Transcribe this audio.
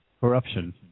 corruption